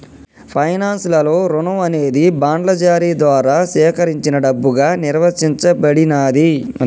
finance లలో రుణం అనేది బాండ్ల జారీ ద్వారా సేకరించిన డబ్బుగా నిర్వచించబడినాది